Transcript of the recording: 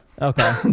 Okay